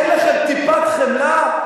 אין לכם טיפת חמלה?